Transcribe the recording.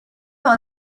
par